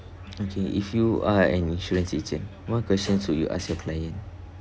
okay if you are an insurance agent what questions would you ask your client